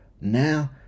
now